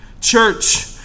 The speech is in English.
Church